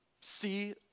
see